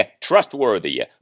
trustworthy